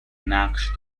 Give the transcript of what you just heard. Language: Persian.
نقش